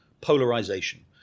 polarization